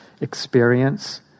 experience